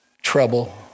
trouble